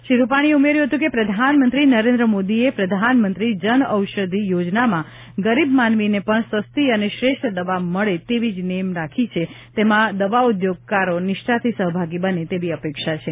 શ્રી રૂપાણીએ ઉમેર્યું હતું કે પ્રધાનમંત્રી નરેન્દ્ર મોદીએ પ્રધાનમંત્રી જનઔષધિ યોજનામાં ગરીબ માનવીને પણ સસ્તી અને શ્રેષ્ઠ દવા મળે તેવી નેમ રાખી છે તેમાં દવા ઊઘોગકારો નિષ્ઠાથી સહભાગી બને તેવી અપેક્ષા છે